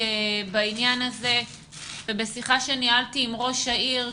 בעניין הזה ובשיחה שניהלתי עם ראש העיר,